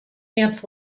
ant